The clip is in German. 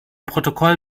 protokoll